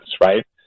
right